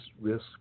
risk